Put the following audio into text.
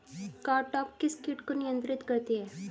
Cartap किस किट को नियंत्रित करती है?